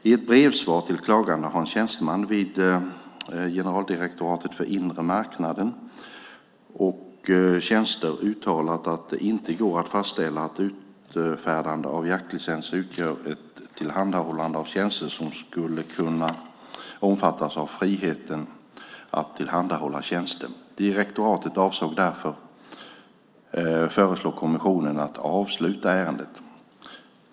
I ett brevsvar till klaganden har en tjänsteman vid generaldirektoratet för inre marknaden och tjänster uttalat att det inte går att fastställa att utfärdande av jaktlicenser utgör ett tillhandahållande av tjänster som skulle kunna omfattas av friheten att tillhandahålla tjänster. Direktoratet avsåg därför att föreslå kommissionen att avsluta ärendet.